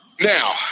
Now